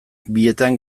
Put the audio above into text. bietan